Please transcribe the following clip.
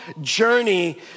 journey